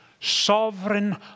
Sovereign